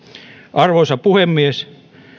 arvoisa puhemies